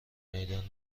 میدان